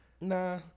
Nah